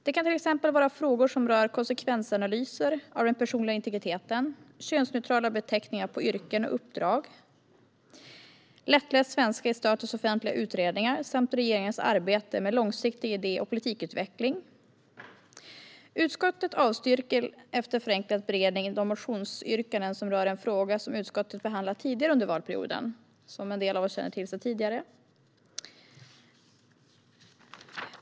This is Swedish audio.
Det kan till exempel vara frågor som rör konsekvensanalys för den personliga integriteten, könsneutrala beteckningar på yrken och uppdrag, lättläst svenska i statens offentliga utredningar och regeringens arbete med långsiktig idé och politikutveckling. Utskottet avstyrker efter förenklad beredning de motionsyrkanden som rör en fråga som utskottet behandlat tidigare under mandatperioden och som en del av er känner till sedan tidigare.